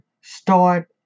start